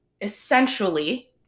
essentially